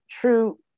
true